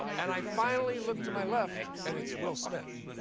and i finally look to my left, and it's will smith.